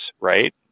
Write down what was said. right